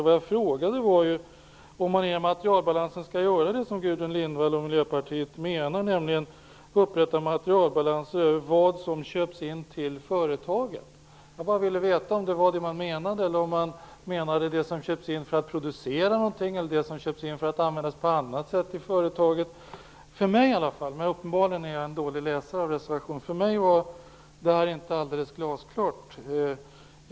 Vad jag frågade var om man i det sammanhanget skall göra det som Gudrun Lindvall och Miljöpartiet menar, nämligen upprätta materialbalanser över vad som köps in till företagen. Jag ville veta om det var detta Gudrun Lindvall menade eller om hon menade det som köps in för att producera någonting eller det som köps in för att användas på annat sätt i företagen. Uppenbarligen är jag en dålig läsare av reservationer, men för mig var detta inte alldeles glasklart.